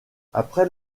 après